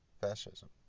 fascism